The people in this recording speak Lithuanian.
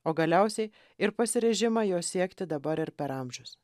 o galiausiai ir pasiryžimą jos siekti dabar ir per amžius